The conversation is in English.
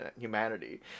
humanity